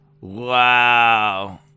Wow